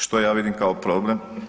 Što ja vidim kao problem?